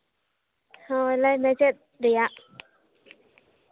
ᱦᱳᱭ ᱞᱟᱹᱭ ᱢᱮ ᱪᱮᱫ ᱨᱮᱭᱟᱜ